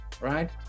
right